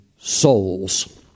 souls